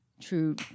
true